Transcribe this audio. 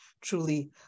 truly